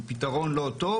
הוא פתרון לא טוב